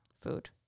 food